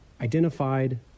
identified